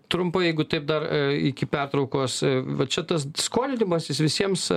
trumpai jeigu taip dar iki pertraukos va čia tas skolinimasis visiems